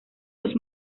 los